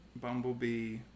Bumblebee